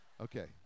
Okay